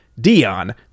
Dion